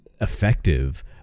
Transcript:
effective